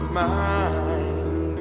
mind